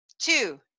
Two